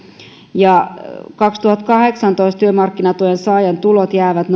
ja että kaksituhattakahdeksantoista työmarkkinatuen saajan tulot jäävät